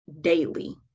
daily